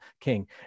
King